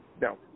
No